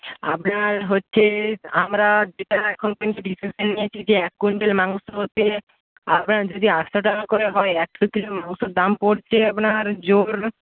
আপনার হচ্ছে আমরা যেটা এখন কিন্তু ডিসিশান নিয়েছি যে এক কুইন্ট্যাল মাংসতে আপনার যদি আটশো টাকা করে হয় একশো কিলো মাংসর দাম পড়ছে আপনার জোর